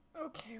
Okay